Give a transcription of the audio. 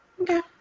okay